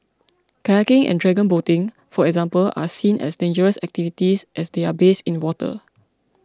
kayaking and dragon boating for example are seen as dangerous activities as they are based in water